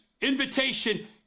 invitation